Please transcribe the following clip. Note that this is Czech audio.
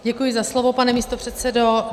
Děkuji za slovo, pane místopředsedo.